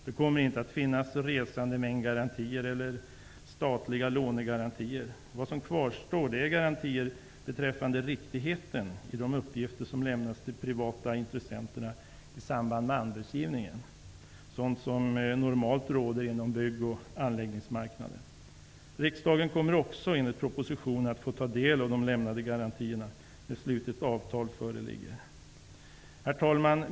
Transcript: Det kommer inte att finnas resandemängdsgarantier eller statliga lånegarantier. Vad som kvarstår är garantier beträffande riktigheten i de uppgifter som lämnas till de privata intressenterna i samband med anbudsgivningen. Det är sådant som normalt råder inom bygg och anläggningsmarknaden. Riksdagen kommer enligt propositionen också att få ta del av de lämnade garantierna när slutligt avtal föreligger. Herr talman!